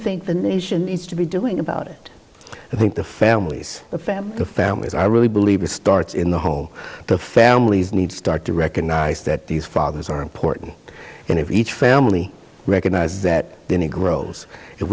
think the nation needs to be doing about it i think the families the family the families i really believe it starts in the home the families need start to recognize that these fathers are important and if each family recognizes that then it grows if